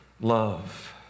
love